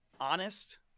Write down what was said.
honest